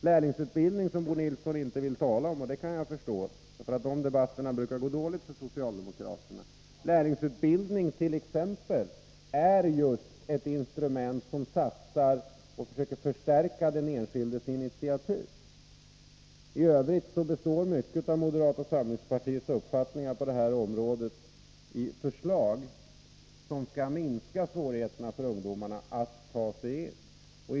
Lärlingsutbildning, som Bo Nilsson inte vill tala om — vilket jag kan förstå, för de debatterna brukar gå dåligt för socialdemokraterna — är just ett sådant instrument som satsar på att försöka förstärka den enskildes initiativ. I övrigt består mycket av moderata samlingspartiets strävanden på detta område av förslag för att försöka minska svårigheterna för ungdomarna att ta sig in på arbetsmarknaden.